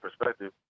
perspective